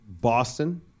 Boston